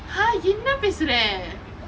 !huh! என்னா பேசுறே:enna pesure